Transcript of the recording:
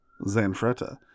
Zanfretta